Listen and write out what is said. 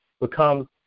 become